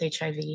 HIV